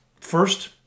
first